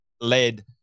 led